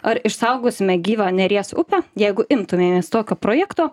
ar išsaugosime gyvą neries upę jeigu imtumėmės tokio projekto